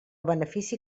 benefici